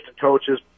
coaches